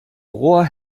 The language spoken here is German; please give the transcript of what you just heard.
rohr